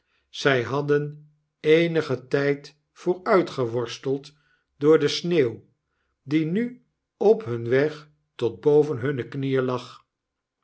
zij hadden eenigen tijd vooruitgeworsteld door de sneeuw die nu op hun weg tot boven hunne knieen lag